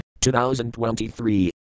2023